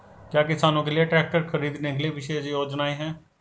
क्या किसानों के लिए ट्रैक्टर खरीदने के लिए विशेष योजनाएं हैं?